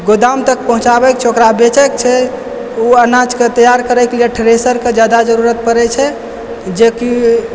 गोदाम तक पहुँचाबैके छै ओकरा बेचैके छै ओ अनाजके तैयार करैके लिए थ्रेसरके जादा जरुरत पड़ै छै जेकि